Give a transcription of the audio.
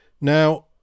Now